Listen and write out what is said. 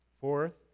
Fourth